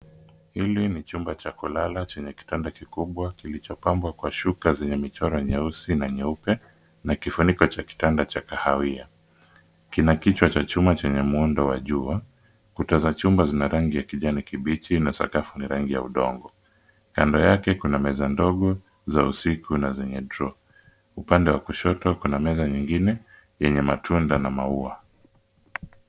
Hili ni chumba cha kulala chenye kitanda kikubwa kilichopambwa kwa shuka zenye michoro nyeusi na nyeupe, na kifuniko cha kitanda cha kahawia. Kina kichwa cha chuma chenye muundo wa jua. Kuta za chumba zina rangi ya kijani kibichi na sakafu ni rangi ya udongo. Kando yake kuna meza ndogo, za usiku na zenye drawer . Upande wa kushoto kuna meza nyingine, yenye matunda na maua.